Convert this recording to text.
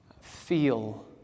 feel